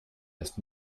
ist